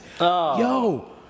yo